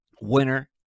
Winner